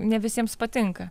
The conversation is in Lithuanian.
ne visiems patinka